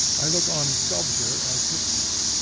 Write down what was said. i look on sculpture as history.